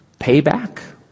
payback